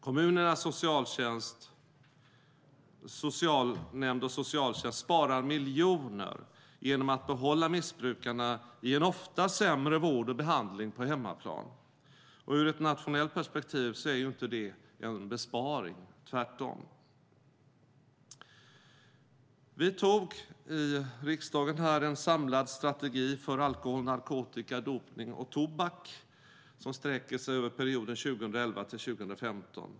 Kommunernas socialnämnder och socialtjänster sparar miljoner genom att behålla missbrukarna i en ofta sämre vård och behandling på hemmaplan. Ur ett nationellt perspektiv är ju inte detta en besparing, tvärtom. Vi antog i riksdagen en samlad strategi för alkohol, narkotika, dopning och tobak som sträcker sig över perioden 2011-2015.